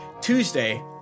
Tuesday